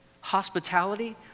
hospitality